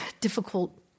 difficult